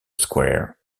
square